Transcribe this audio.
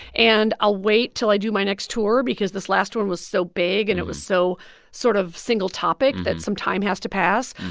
and i'll wait till i do my next tour because this last one was so big. and it was so sort of single-topic that some time has to pass.